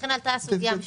לכן עלתה הסוגיה.